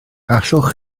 allwch